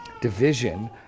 division